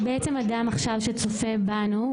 אז אדם שעכשיו צופה בנו,